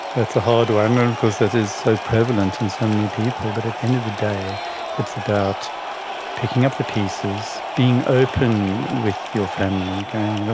that's a hard one, and of course that is so prevalent in so many people, but at the end of the day it's about picking up the pieces, being open with your family, going, you know